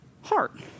heart